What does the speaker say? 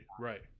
Right